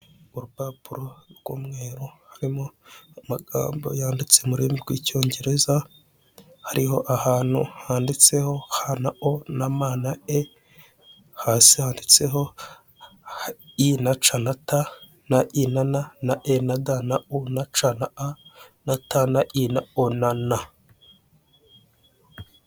Urupapuro rw'umweru harimo amagambo yanditse mu rurimi rw'icyongereza, hariho ahantu handitseho h na o na m na e hasi handitseho i na ca na ta na i na n na e na d na u na c na a na ta na i na o na n.